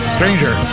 Stranger